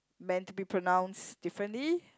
meant to be pronounced differently